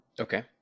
Okay